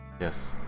Yes